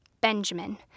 Benjamin